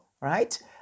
right